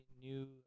new